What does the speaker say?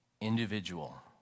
individual